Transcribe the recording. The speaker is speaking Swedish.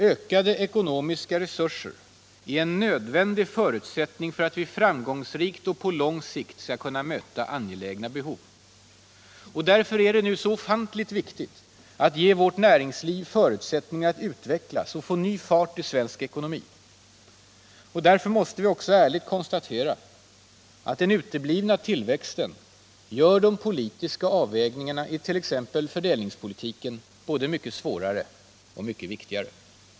Ökade ekonomiska resurser är en nödvändig förutsättning för att vi framgångsrikt och på lång sikt skall kunna möta angelägna behov. Därför är det nu så ofantligt viktigt att ge vårt näringsliv förutsättningar att utvecklas, att få ny fart i svensk ekonomi. Därför måste vi också ärligt konstatera, att den uteblivna tillväxten gör de politiska avvägningarna i t.ex. fördelningspolitiken både mycket svårare och mycket viktigare.